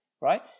right